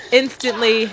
instantly